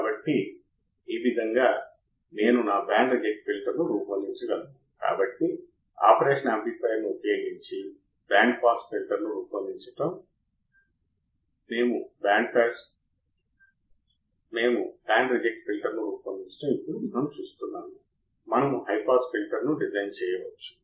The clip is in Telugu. కాబట్టి మనం చూసేది ఏమిటంటే అవుట్పుట్ వోల్టేజ్ వ్యక్తీకరణ నుండి అవుట్పుట్ వోల్టేజ్ను తగ్గించడానికి ఒక మార్గం చూడబోతున్నాం అది ఫీడ్ బ్యాక్ రెసిస్టన్స్ R2 ను తగ్గించడం ద్వారా అయితే ఫీడ్బ్యాక్ రెసిస్టన్స్ ను తగ్గించడం వల్ల అవసరమైన గైన్ సాధించలేముసరియైనది